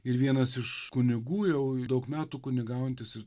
ir vienas iš kunigų jau daug metų kunigaujantis ir